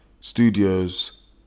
studios